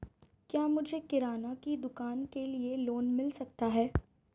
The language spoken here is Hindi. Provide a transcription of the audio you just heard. क्या मुझे किराना की दुकान के लिए लोंन मिल सकता है?